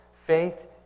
Faith